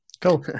Cool